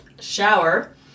shower